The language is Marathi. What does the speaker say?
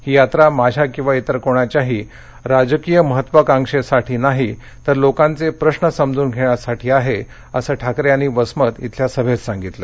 ही यात्रा माझ्या किंवा इतर कोणाच्याही राजकीय महत्वाकांक्षेसाठी नाही तर लोकांचे प्रश्र समजून घेण्यासाठी आहे असं ठाकरे यांनी वसमत इथल्या सभेत सांगितलं